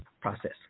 process